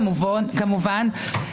כמובן,